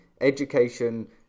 education